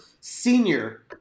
senior